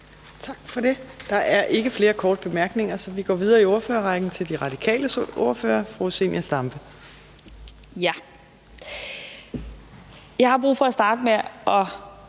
Tak for det. Der er ikke flere korte bemærkninger, og så går vi videre i ordførerrækken til De Radikales ordfører, fru Zenia Stampe. Kl. 18:10 (Ordfører) Zenia